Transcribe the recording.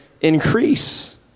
increase